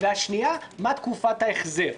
והשנייה זה תקופת ההחזר.